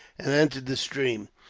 and entered the stream.